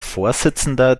vorsitzender